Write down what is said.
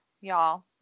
y'all